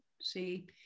See